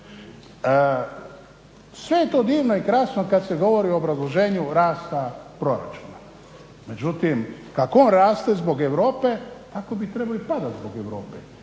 sve je to divno i krasno kad se govori o obrazloženju rasta proračuna. Međutim, kako on raste zbog Europe tako bi trebao i padati zbog Europe